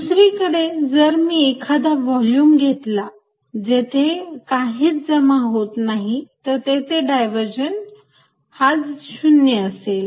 दुसरीकडे जर मी एखादा व्हॉल्युम घेतला जेथे काहीच जमा होत नाही तर तेथे डायव्हर्जन्ट हा 0 असेल